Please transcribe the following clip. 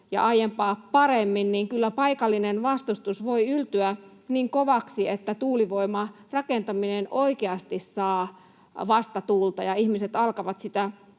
ja aiempaa paremmin, niin kyllä paikallinen vastustus voi yltyä niin kovaksi, että tuulivoimarakentaminen oikeasti saa vastatuulta ja ihmiset alkavat sitä